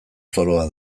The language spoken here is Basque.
zoroa